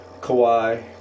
Kawhi